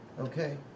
Okay